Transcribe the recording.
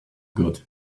good